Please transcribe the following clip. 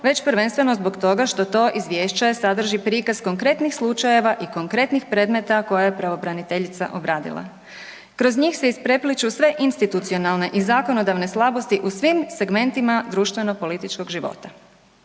već prvenstveno zbog toga što to izvješće sadrži prikaz konkretnih slučajeva i konkretnih predmeta koje je pravobraniteljica obradila. Kroz njih se isprepliću sve institucionalne i zakonodavne slabosti u svim segmentima društvenopolitičkog života.